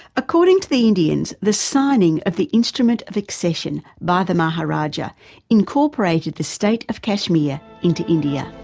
according to the indians, the signing of the instrument of accession by the maharajah incorporated the state of kashmir into india.